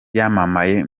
yamamaye